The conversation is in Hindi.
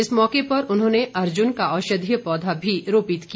इस मौके पर उन्होंने अर्जुन का औषधीय पौधा भी रोपित किया